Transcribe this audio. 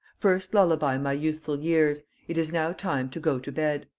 first lullaby my youthful years. it is now time to go to bed,